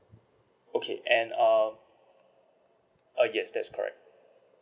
okay and um ah yes that's correct